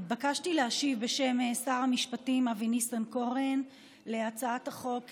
התבקשתי להשיב בשם שר המשפטים אבי ניסנקורן על הצעת החוק,